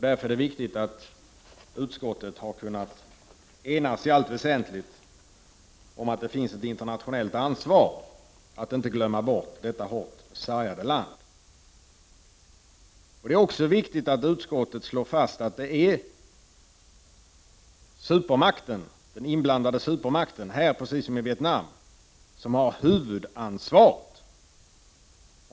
Därför är det viktigt att utskottet i allt väsentligt har kunnat enas om att det finns ett internationellt ansvar för att man inte glömmer bort detta hårt sargade land. Det är också viktigt att utskottet slår fast att det är den inblandade supermakten, här som i Vietnam, som har huvudansvaret.